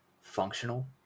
functional